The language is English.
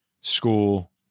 school